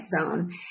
zone